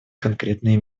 конкретные